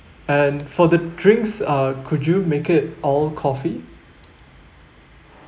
and for the drinks uh could you make it all coffee